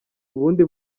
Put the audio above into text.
ubundi